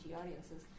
audiences